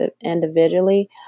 individually